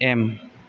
M